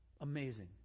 amazing